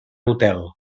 hotel